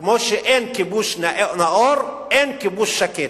כמו שאין כיבוש נאור, אין כיבוש שקט.